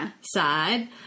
side